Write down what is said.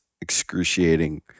excruciating